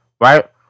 right